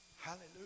Hallelujah